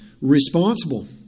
responsible